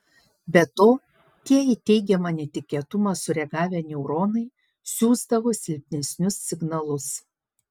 be to tie į teigiamą netikėtumą sureagavę neuronai siųsdavo silpnesnius signalus